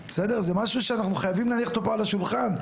זה משהו שאנחנו חייבים להניח אותו פה על השולחן,